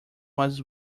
was